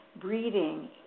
breathing